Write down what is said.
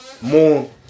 more